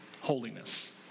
holiness